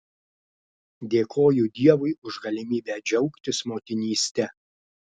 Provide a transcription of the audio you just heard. dėkoju dievui už galimybę džiaugtis motinyste